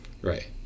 Right